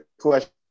question